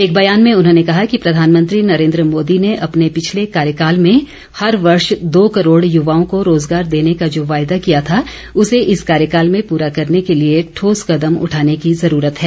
एक बयान में उन्होंने कहा कि प्रधानमंत्री नरेन्द्र मोदी ने अपने पिछले कार्यकाल में हर वर्ष दो करोड़ युवाओं को रोजगार देने का जो वायदा किया था उसे इस कार्यकाल में पूरा करने के लिए ठोस कदम उठाने की जरूरत है